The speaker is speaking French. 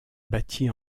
bâtie